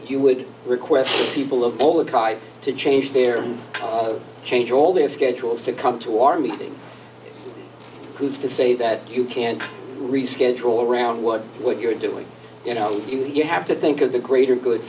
you would request people of all the tried to change their change all their schedules to come to our meeting who's to say that you can't reschedule around what you're doing you know you have to think of the greater good